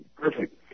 perfect